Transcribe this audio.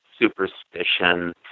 superstition